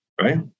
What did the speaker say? right